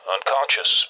Unconscious